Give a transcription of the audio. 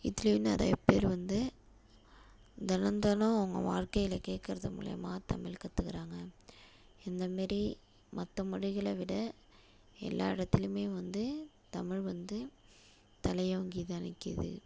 இதுலேயும் நிறையா பேர் வந்து தெனம் தெனம் அவங்க வாழ்க்கையில் கேட்குறது மூலிமா தமிழ் கற்றுக்குறாங்க இந்த மாரி மற்ற மொழிகளை விட எல்லா இடத்துலையுமே வந்து தமிழ் வந்து தலையோங்கி தான் நிற்கிது